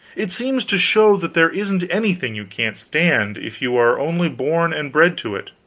it seems to show that there isn't anything you can't stand, if you are only born and bred to it.